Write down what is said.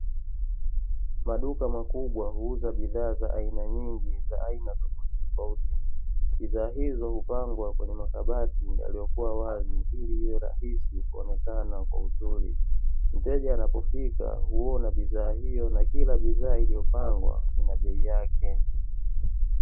Maduka makubwa huuza bidhaa za aina nyingi za aina tofautitofauti. Bidhaa hizo hupangwa kwenye makabati yaliyokuwa wazi ili iwe rahisi kuonekana kwa uzuri. Mteja anapofika huona bidhaa hiyo na kila bidhaa iliyopangwa ina bei yake.